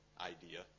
idea